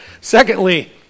Secondly